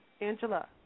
Angela